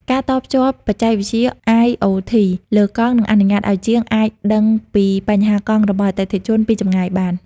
ការតភ្ជាប់បច្ចេកវិទ្យា IoT លើកង់ នឹងអនុញ្ញាតឱ្យជាងអាចដឹងពីបញ្ហាកង់របស់អតិថិជនពីចម្ងាយបាន។